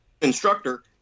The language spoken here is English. Instructor